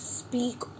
speak